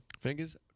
fingers